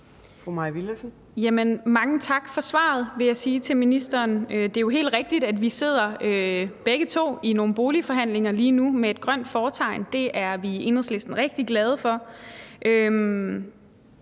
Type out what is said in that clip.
Mange tak for svaret, vil jeg sige til ministeren. Det er jo helt rigtigt, at vi begge to lige nu sidder i nogle boligforhandlinger med et grønt fortegn. Det er vi i Enhedslisten rigtig glade for.